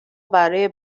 برای